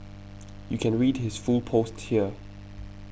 you can read his full post here